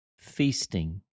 feasting